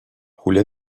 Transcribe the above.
julia